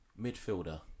midfielder